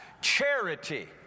Charity